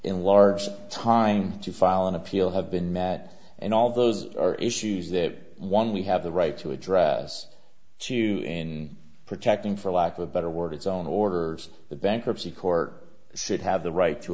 in large time to file an appeal have been met and all those are issues that one we have the right to address to in protecting for lack of better words on orders the bankruptcy court said have the right to